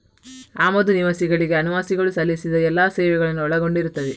ಆಮದುಗಳು ನಿವಾಸಿಗಳಿಗೆ ಅನಿವಾಸಿಗಳು ಸಲ್ಲಿಸಿದ ಎಲ್ಲಾ ಸೇವೆಗಳನ್ನು ಒಳಗೊಂಡಿರುತ್ತವೆ